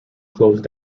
closed